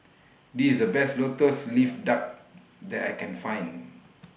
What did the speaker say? This The Best Lotus Leaf Duck that I Can Find